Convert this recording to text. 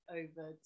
over